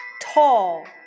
tall